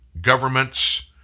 governments